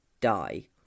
die